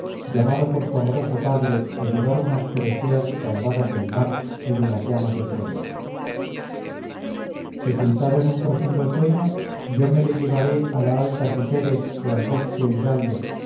llamado por su amoroso padre a llevar unas preseas salvadas del mar y de las llamas de troya sepultado en un profundo sueño yo me le llevaré a la alta citeres o al bosque idalio